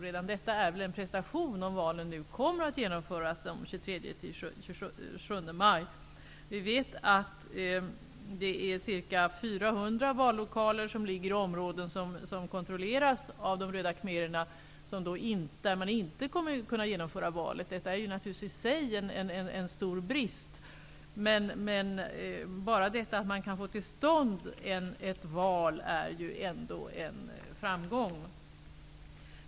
Redan detta är en prestation, om valen kommer att genomföras den 23--27 maj. Vi vet att ca 400 vallokaler ligger i områden som kontrolleras av de röda khmererna, där man inte kommer att kunna genomföra val. Det är en stor brist. Men bara det att man kan få till stånd ett val är ändå en framgång.